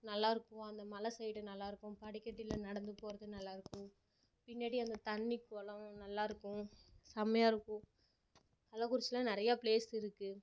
நல்லாயிருக்கும் அந்த மலை சைடு நல்லாயிருக்கும் படிக்கட்டில் நடந்து போகிறது நல்லாயிருக்கும் பின்னாடி அந்த தண்ணி குளோம் நல்லாயிருக்கும் செமையாக இருக்கும் கள்ளக்குறிச்சியில் நிறைய பிளேஸ் இருக்குது